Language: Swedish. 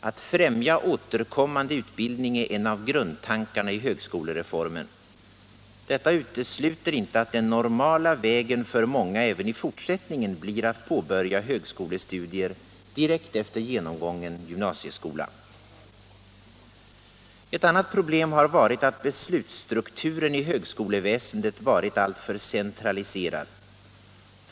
Att främja återkommande utbildning är en av grundtankarna i högskolereformen. Detta utesluter inte att den normala vägen för många även i fortsättningen blir att påbörja högskolestudier direkt efter genomgången gymnasieskola. Ett annat problem har varit att beslutsstrukturen i högskoleväsendet varit alltför centraliserad.